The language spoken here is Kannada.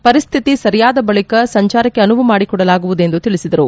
ಪರಿಸ್ತಿತಿ ಸರಿಯಾದ ಬಳಿಕ ಸಂಚಾರಕ್ಕೆ ಅನುವು ಮಾಡಿಕೊಡಲಾಗುವುದು ಎಂದು ತಿಳಿಸಿದರು